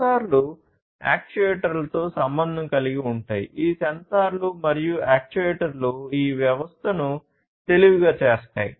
సెన్సార్లు యాక్చుయేటర్లతో సంబంధం కలిగి ఉంటాయి ఈ సెన్సార్లు మరియు యాక్యుయేటర్లు ఈ వ్యవస్థలను తెలివిగా చేస్తాయి